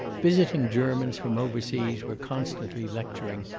visiting germans from overseas were constantly lecturing,